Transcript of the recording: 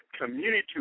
community